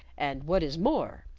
and, what is more,